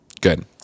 Good